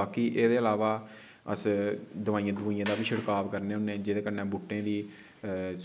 बाकी एह्दे अलावा अस दवाइयां दुविइयां दा बी छिड़काव करने होन्ने जेह्दे कन्नै बूह्टें दी